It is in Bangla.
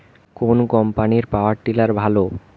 কোন কম্পানির পাওয়ার টিলার ভালো?